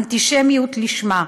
אנטישמיות לשמה.